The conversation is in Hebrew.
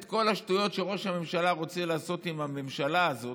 עם כל השטויות שראש הממשלה רוצה לעשות עם הממשלה הזאת,